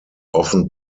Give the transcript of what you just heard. often